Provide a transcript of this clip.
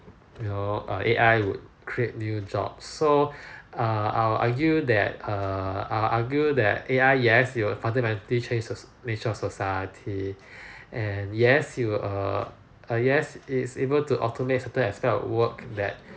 you know err A_I would create new job so err I'll argue that err I'll argue that A_I yes it would fundamentally change so~ nature of society and yes you'll err yes it is able to automate certain aspect of work that